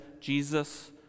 Jesus